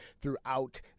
throughout